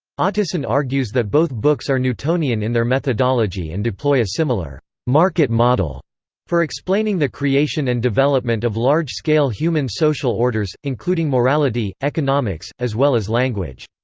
otteson argues that both books are newtonian in their methodology and deploy a similar market model for explaining the creation and development of large-scale human social orders, including morality, economics, as well as language.